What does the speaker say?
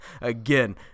Again